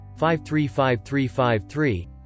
535353